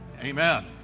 Amen